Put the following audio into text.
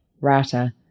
Rata